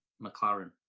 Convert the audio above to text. McLaren